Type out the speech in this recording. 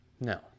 No